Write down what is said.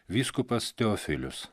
vyskupas teofilius